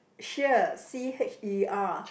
Cher C_H_E_R